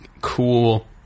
cool